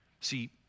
See